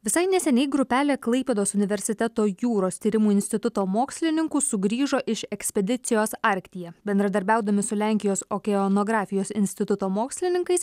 visai neseniai grupelė klaipėdos universiteto jūros tyrimų instituto mokslininkų sugrįžo iš ekspedicijos arktyje bendradarbiaudami su lenkijos okeanografijos instituto mokslininkais